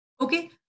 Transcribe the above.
Okay